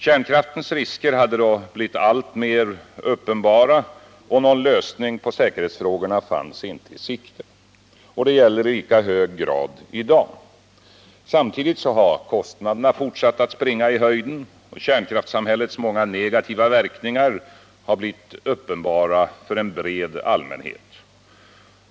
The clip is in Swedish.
Kärnkraftens risker hade då blivit alltmer uppenbara, och någon lösning på säkerhetsfrågorna fanns inte i sikte. Det gäller i lika hög grad i dag. Samtidigt har kostnaderna fortsatt att springa i höjden, och kärnkraftssamhällets många negativa verkningar har blivit uppenbara för en bred allmänhet.